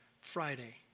Friday